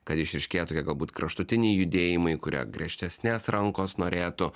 kad išryškėtų tie galbūt kraštutiniai judėjimai kurie griežtesnės rankos norėtų